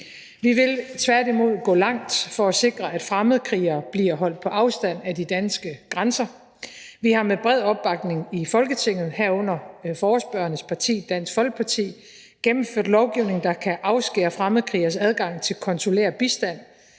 Vi vil tværtimod gå langt for at sikre, at fremmedkrigere bliver holdt på afstand af de danske grænser. Vi har med bred opbakning i Folketinget, herunder med forespørgernes parti, Dansk Folkeparti, gennemført lovgivning, der kan afskære fremmedkrigeres adgang til konsulær bistand,